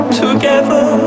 together